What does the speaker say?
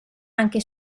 anche